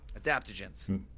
Adaptogens